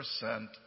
percent